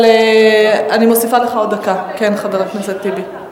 אני מוסיפה לך עוד דקה, חבר הכנסת טיבי.